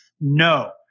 No